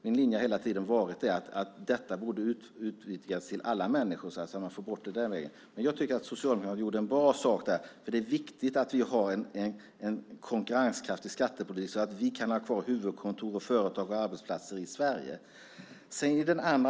Min linje har hela tiden varit att detta borde utvidgas till alla människor. Jag tycker att Socialdemokraterna gjorde en bra sak där. Det är viktigt att vi har en konkurrenskraftig skattepolitik så att vi kan ha kvar huvudkontor, företag och arbetsplatser i Sverige.